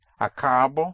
Acabo